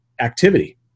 activity